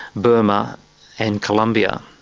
burma and columbia.